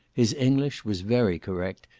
his english was very correct,